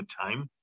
time